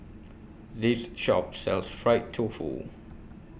This Shop sells Fried Tofu